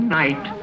night